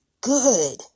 good